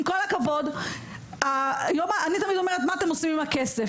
עם כל הכבוד אני תמיד אומרת מה אתם עושים עם הכסף?